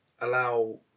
allow